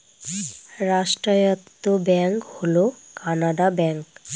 রাষ্ট্রায়ত্ত ব্যাঙ্ক হল কানাড়া ব্যাঙ্ক